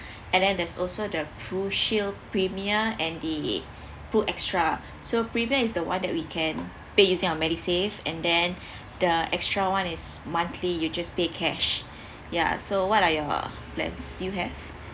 and then there's also the crucial premier and the pru extra so premier is the one that we can pay using our MediSave and then the extra one is monthly you just pay cash yeah so what are your plans do you have